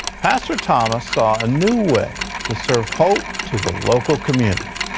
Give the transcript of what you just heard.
pastor thomas saw a new way to serve hope to the local community.